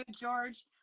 George